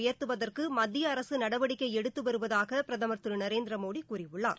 உயர்த்துவதற்கு மத்திய அரசு நடவடிக்கை எடுத்து வருவதாக பிரதமர் திரு நரேந்திரமோடி கூறியுள்ளார்